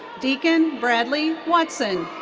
deakon bradley watson.